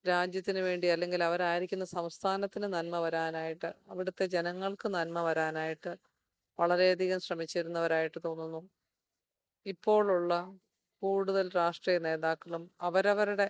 രാജ്യത്തിനുവേണ്ടി അല്ലെങ്കിൽ അവരായിരിക്കുന്ന സംസ്ഥാനത്തിന് നന്മ വരാനായിട്ട് അവിടുത്തെ ജനങ്ങൾക്ക് നന്മ വരാനായിട്ട് വളരെയധികം ശ്രമിച്ചിരുന്നവരായിട്ട് തോന്നുന്നു ഇപ്പോളുള്ള കൂടുതൽ രാഷ്ട്രീയ നേതാക്കളും അവരവരുടെ